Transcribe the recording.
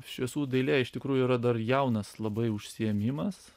šviesų dailė iš tikrųjų yra dar jaunas labai užsiėmimas